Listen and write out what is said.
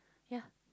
ya